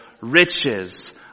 riches